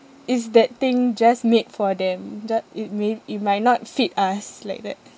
is that thing just made for them ju~ it may it might not fit us like that